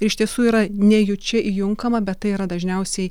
ir iš tiesų yra nejučia įjunkama bet tai yra dažniausiai